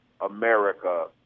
America